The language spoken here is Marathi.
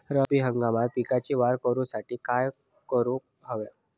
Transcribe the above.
रब्बी हंगामात पिकांची वाढ करूसाठी काय करून हव्या?